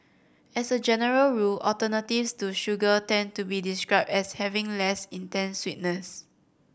as a general rule alternatives to sugar tend to be described as having less intense sweetness